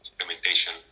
implementation